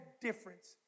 difference